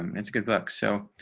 um it's good book so